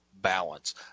balance